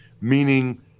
meaning